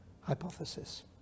hypothesis